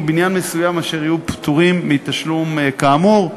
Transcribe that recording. בניין מסוים אשר יהיו פטורים מתשלום כאמור.